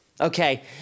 okay